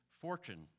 fortune